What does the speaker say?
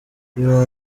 you